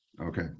okay